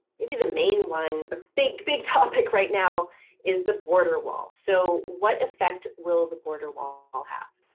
maybe the main one a big big topic right now is the border wall. so what effect will the border wall wall have?